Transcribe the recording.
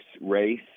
race